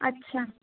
अच्छा